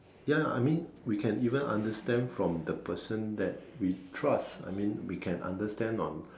ya I mean we can even understand from the person that we trust I mean we can understand on